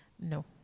no